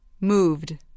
Moved